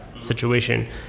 situation